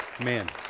Amen